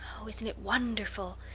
oh, isn't it wonderful?